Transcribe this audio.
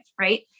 right